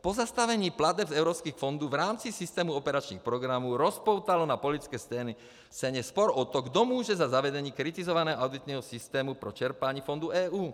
Pozastavení plateb z evropských fondů v rámci systému operačních programů rozpoutalo na politické scéně spor o to, kdo může za zavedení kritizovaného auditního systému pro čerpání fondů EU.